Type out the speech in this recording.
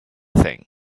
thing